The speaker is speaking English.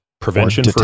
prevention